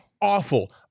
awful